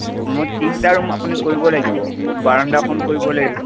মোৰ তিনিটা ৰুম আপুনি কৰিব লাগিব বাৰাণ্ডাখন কৰিবলৈ